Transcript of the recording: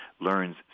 learns